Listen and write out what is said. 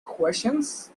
questions